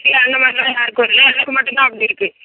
இல்லை அந்தமாதிரிலாம் யாருக்கும் இல்லை எனக்கு மட்டும்தான் அப்படி இருக்குது